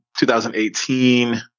2018